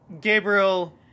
Gabriel